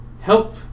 help